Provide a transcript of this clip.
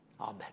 Amen